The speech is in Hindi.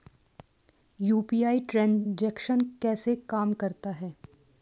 यू.पी.आई ट्रांजैक्शन कैसे काम करता है?